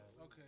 Okay